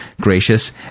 gracious